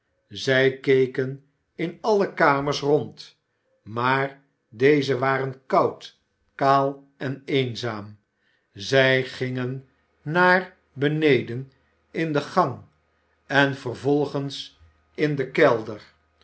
zij keken in alle kamers rond maar deze waren koud kaal en eenzaam zij gingen naar beneden in de gang en vervolgens in den kelder